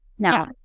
Now